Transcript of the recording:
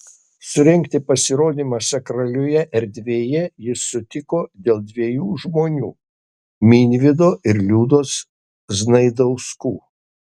surengti pasirodymą sakralioje erdvėje jis sutiko dėl dviejų žmonių minvydo ir liudos znaidauskų